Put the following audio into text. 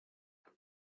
end